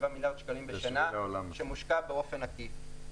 מיליארד שקלים בשנה שמושקע באופן עקיף.